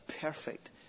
perfect